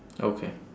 okay